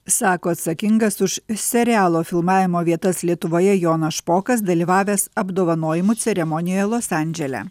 sako atsakingas už serialo filmavimo vietas lietuvoje jonas špokas dalyvavęs apdovanojimų ceremonijoje los andžele